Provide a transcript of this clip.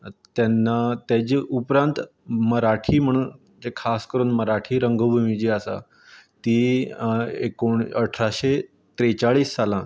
तेन्ना तेजे उपरांत मराठी म्हण एक खास करून मराठी रंगभुमी जी आसा ती एकोण अठराशे त्रेचाळीस सालांत